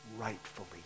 rightfully